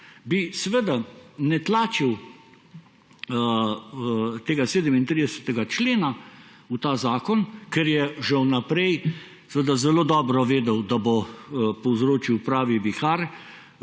bi seveda ne tlačil tega 37. člena v ta zakon, ker je že vnaprej seveda zelo dobro vedel, da bo povzročil pravi vihar